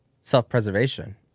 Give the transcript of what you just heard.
self-preservation